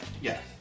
Yes